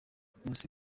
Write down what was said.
nkusi